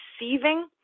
receiving